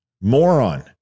Moron